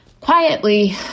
quietly